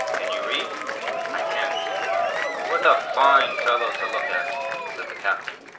can you read i can't but what a fine fellow to look at said the captain,